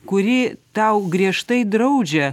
kuri tau griežtai draudžia